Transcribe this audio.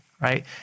right